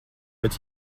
bet